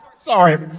Sorry